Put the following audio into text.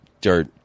dirt